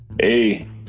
hey